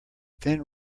thin